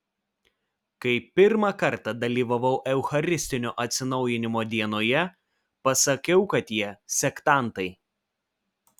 kai pirmą kartą dalyvavau eucharistinio atsinaujinimo dienoje pasakiau kad jie sektantai